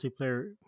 multiplayer